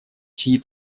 чьи